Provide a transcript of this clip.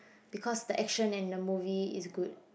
because the action and the movie is good